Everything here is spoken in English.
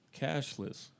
cashless